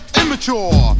immature